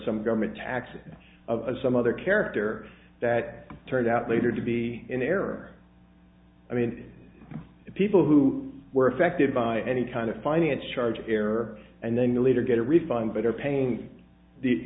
some government taxes of some other character that turned out later to be in error i mean people who were affected by any kind of finance charge error and then later get a refund but are paying the